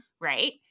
right